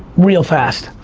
real fast.